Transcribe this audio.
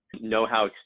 know-how